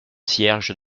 cierge